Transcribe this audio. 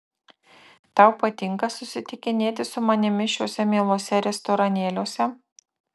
tau patinka susitikinėti su manimi šiuose mieluose restoranėliuose